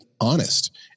honest